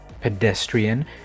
pedestrian